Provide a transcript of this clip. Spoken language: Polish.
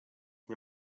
nie